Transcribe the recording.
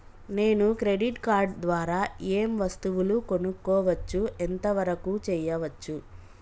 నేను credit card ద్వారా ఏం వస్తువులు కొనుక్కోవచ్చు ఎంత వరకు చేయవచ్చు?